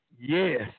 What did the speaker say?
yes